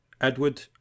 Edward